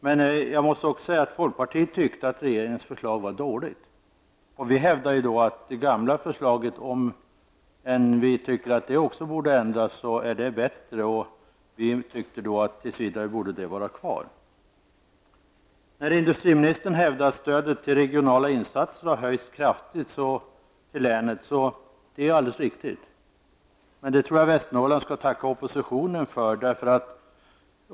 Men folkpartiet ansåg att regeringens förslag var dåligt. Vi hävdade att det gamla förslaget, även om också det borde ändras, var bättre och borde tills vidare vara kvar. När industriministern hävdar att stödet till länet för regionala insatser har höjts kraftigt, är detta alldeles riktigt. Men det tror jag att Västernorrland skall tacka oppositionen för.